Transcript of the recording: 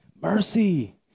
mercy